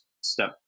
step